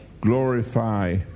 glorify